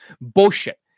bullshit